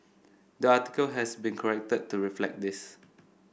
the article has been corrected to reflect this